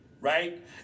right